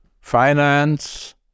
finance